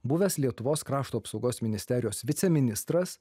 buvęs lietuvos krašto apsaugos ministerijos viceministras